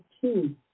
two